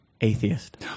atheist